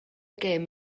gêm